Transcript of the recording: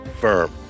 firm